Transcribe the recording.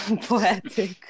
poetic